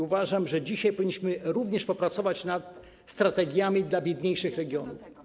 Uważam, że dzisiaj powinniśmy również popracować nad strategiami dla biedniejszych regionów.